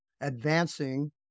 Advancing